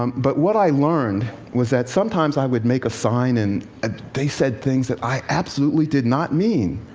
um but what i learned was that sometimes i would make a sign and ah they said things that i absolutely did not mean,